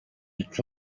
that